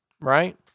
right